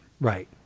Right